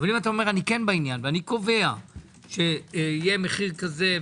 אם אתה אומר: אני כן בעניין ואני קובע שיהיה מחיר כזה,